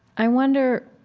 i wonder,